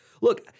Look